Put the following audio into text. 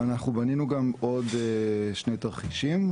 אנחנו גם בנינו עוד שני תרחישים,